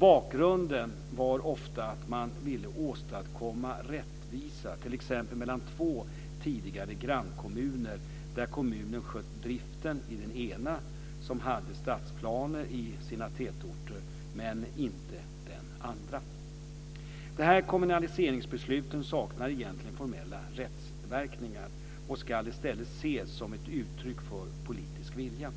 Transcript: Bakgrunden var ofta att man ville åstadkomma rättvisa t.ex. mellan två tidigare grannkommuner där kommunen skött driften i den ena - som hade stadsplaner i sina tätorter - men inte den andra. De här kommunaliseringsbesluten saknar egentligen formella rättsverkningar och ska i stället ses som ett uttryck för politisk vilja.